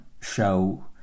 show